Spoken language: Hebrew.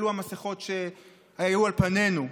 אלו המסכות שהיו על פנינו.